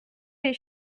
les